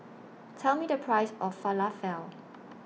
Tell Me The Price of Falafel